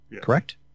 correct